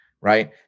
right